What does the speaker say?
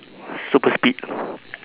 super speed